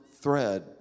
thread